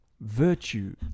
virtue